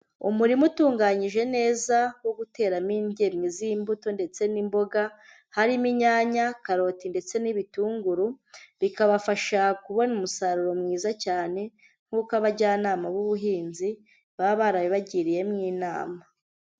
Umurima utunganyije neza, wo guteramo ingerimo z'imbuto ndetse n'imboga. Harimo inyanya, karoti, ndetse n'ibitunguru. bikabafasha kubona umusaruro mwiza cyane, nk'uko abajyanama b'ubuhinzi, baba barabibagiriyemo inama.